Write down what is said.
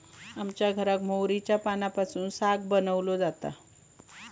आमच्या घराक मोहरीच्या पानांपासून साग बनवलो जाता